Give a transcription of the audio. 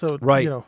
Right